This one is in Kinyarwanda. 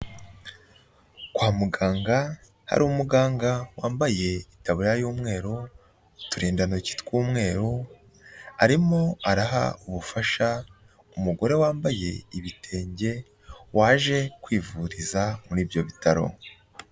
Kwa muganga hari umuganga wambaye itaburiya y'umweru, uturindantoki tw'umweru, arimo araha ubufasha umugore wambaye ibitenge waje kwivuriza muri ibyo bitaro.